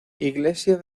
iglesia